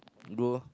though